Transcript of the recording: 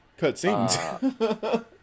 Cutscenes